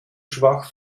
schwach